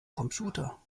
computer